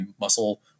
muscle